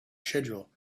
schedule